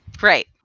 Right